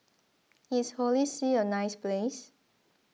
is Holy See a nice place